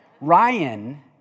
Ryan